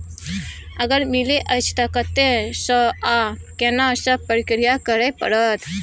अगर मिलय अछि त कत्ते स आ केना सब प्रक्रिया करय परत?